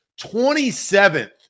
27th